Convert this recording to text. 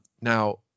Now